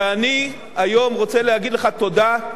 ואני היום רוצה להגיד לך תודה.